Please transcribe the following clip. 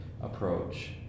approach